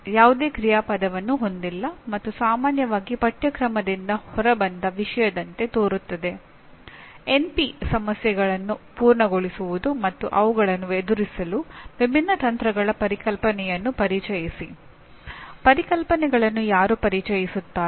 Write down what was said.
ನಾವು ಈ 4 ಹಂತಗಳನ್ನು ಪಠ್ಯಕ್ರಮವನ್ನು ವಿನ್ಯಾಸಗೊಳಿಸುವಾಗ ಹಲವಾರು ಸ್ಥಳಗಳಲ್ಲಿ ನೋಡುತ್ತೇವೆ ಆದರೆ ಅವು ವಿಭಿನ್ನ ಪರಿಭಾಷೆಗಳಲ್ಲಿ ಗೋಚರಿಸುತ್ತವೆ